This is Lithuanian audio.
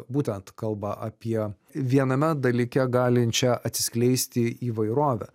būtent kalba apie viename dalyke galinčią atsiskleisti įvairovę